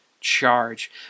charge